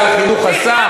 אחרי מה ששר החינוך עשה.